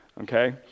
Okay